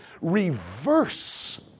Reverse